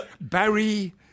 Barry